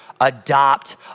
adopt